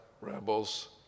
rebels